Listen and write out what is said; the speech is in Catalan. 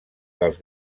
dels